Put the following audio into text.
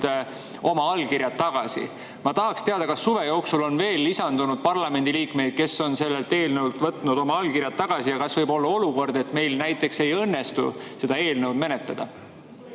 oma allkirjad tagasi. Ma tahaksin teada, kas suve jooksul on veel lisandunud parlamendiliikmeid, kes on sellelt eelnõult võtnud oma allkirjad tagasi, ja kas võib olla olukord, et meil näiteks ei õnnestu seda eelnõu menetleda.